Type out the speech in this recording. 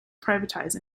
privatised